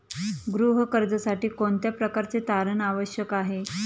गृह कर्जासाठी कोणत्या प्रकारचे तारण आवश्यक आहे?